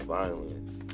violence